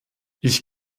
ich